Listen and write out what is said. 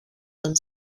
τον